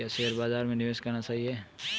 क्या शेयर बाज़ार में निवेश करना सही है?